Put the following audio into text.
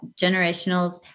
generationals